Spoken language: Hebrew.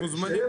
שיהיה